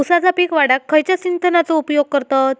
ऊसाचा पीक वाढाक खयच्या सिंचनाचो उपयोग करतत?